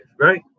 Right